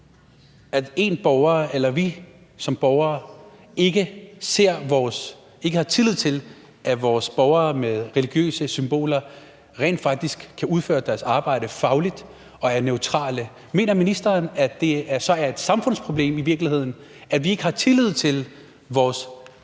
at en borger eller at vi som borgere ikke har tillid til, at vores borgere med religiøse symboler rent faktisk kan udføre deres arbejde fagligt og være neutrale? Mener ministeren, at det så i virkeligheden er et samfundsproblem, at vi ikke har tillid til vores